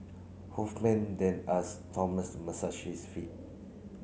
Hoffman then asked Thomas to massage his feet